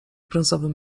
brązowym